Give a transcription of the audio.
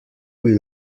will